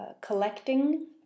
collecting